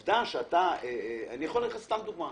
אני יכול לתת לך סתם דוגמה,